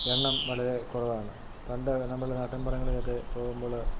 എണ്ണം വളരെ കുറവാണ് പണ്ടു നമ്മൾ നാട്ടിൻപുറങ്ങളിലൊക്കെ പോകുമ്പോൾ